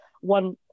one